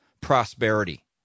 prosperity